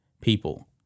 people